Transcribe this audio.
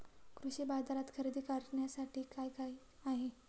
कृषी बाजारात खरेदी करण्यासाठी काय काय आहे?